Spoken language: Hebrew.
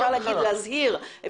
אפשר להזהיר,